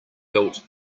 built